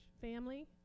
family